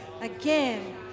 again